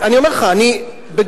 אני אומר לך: בגדול,